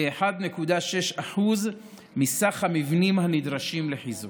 כ-1.6% מסך המבנים הנדרשים לחיזוק.